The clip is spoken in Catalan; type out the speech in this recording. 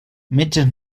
metges